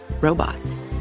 robots